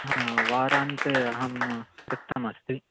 हा वारान्ते अहं रिक्तम् अस्ति